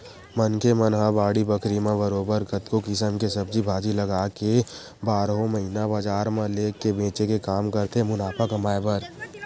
मनखे मन ह बाड़ी बखरी म बरोबर कतको किसम के सब्जी भाजी लगाके बारहो महिना बजार म लेग के बेंचे के काम करथे मुनाफा कमाए बर